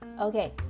Okay